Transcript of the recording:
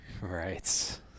Right